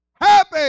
Happy